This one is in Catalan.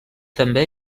també